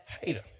hater